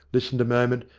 listened a moment,